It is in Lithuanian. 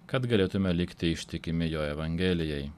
kad galėtume likti ištikimi jo evangelijai